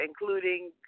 including